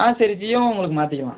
ஆ சரி ஜியோவே உங்களுக்கு மாற்றிக்கலாம்